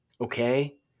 Okay